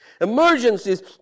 Emergencies